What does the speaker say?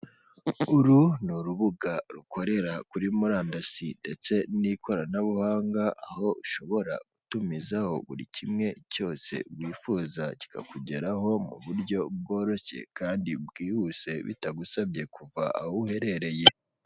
Uru ni urubuga rukorera kuri murandasi ndetse n'ikoranabuhanga, aho ushobora gutumiza buri kimwe cyose wifuza, kikakugeraho mu buryo bworoshye kandi bwihuse bitagusabye kuva aho uherereye.